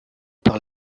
par